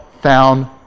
found